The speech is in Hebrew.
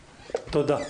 תודה.